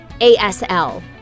ASL